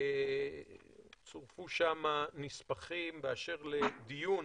צורפו שם נספחים באשר לדיון